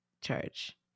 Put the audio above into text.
charge